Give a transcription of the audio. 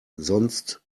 sonst